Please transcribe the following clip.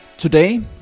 Today